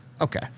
Okay